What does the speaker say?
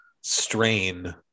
strain